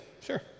sure